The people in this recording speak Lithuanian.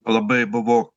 labai buvo